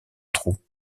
trou